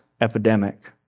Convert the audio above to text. epidemic